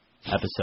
episode